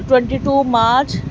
twenty two March